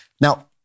Now